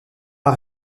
pas